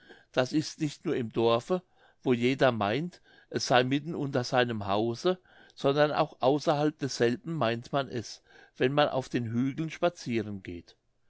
das ist nicht nur im dorfe wo jeder meint es sey mitten unter seinem hause sondern auch außerhalb desselben meint man es wenn man auf den hügeln spazieren geht